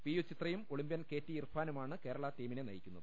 PU ചിത്രയും Olympian K T ഇർഫാനുമാണ് കേരള ടീമിനെ നയിക്കുന്നത്